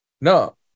No